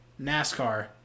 NASCAR